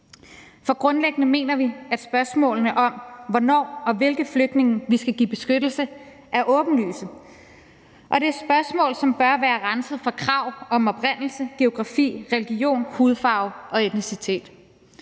For grundlæggende mener vi, at spørgsmålene om, hvornår og hvilke flygtninge vi skal give beskyttelse, er åbenlyse, og det er spørgsmål, som bør være renset for krav om oprindelse, geografi, religion, hudfarve og etnicitet.